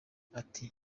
ati